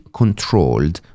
controlled